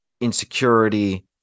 insecurity